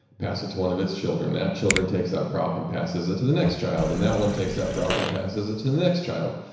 pass it to one of its children, that children takes that problem, passes it to the next child and that one takes that problem, passes it to the next child.